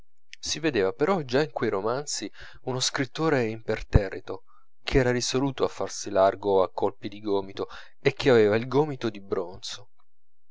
si vedeva però già in quei romanzi uno scrittore imperterrito ch'era risoluto a farsi largo a colpi di gomito e che aveva il gomito di bronzo